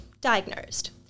diagnosed